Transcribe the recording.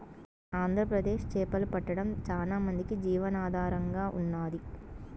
ఆంధ్రప్రదేశ్ చేపలు పట్టడం చానా మందికి జీవనాధారంగా ఉన్నాది